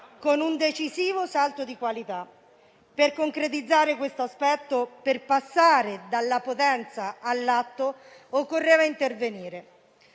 con un decisivo stato di qualità. Per concretizzare questo aspetto, per passare dalla potenza all'atto, occorreva intervenire